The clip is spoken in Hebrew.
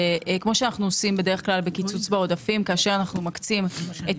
שאנו עושים בדרך כלל בקיצוץ בעודפים כשאנו מקצים את